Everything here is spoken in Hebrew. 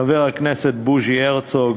חבר הכנסת בוז'י הרצוג,